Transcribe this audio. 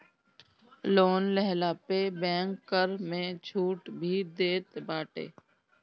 loan लेहला पे bank कर में छुट भी देत बाटे